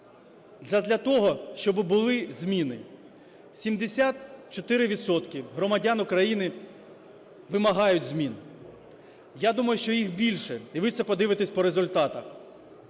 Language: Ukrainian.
задля того, щоби були зміни. 74 відсотки громадян України вимагають змін. Я думаю, що їх більше, і ви це подивитесь по результатах.